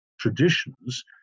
traditions